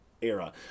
era